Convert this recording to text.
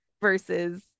versus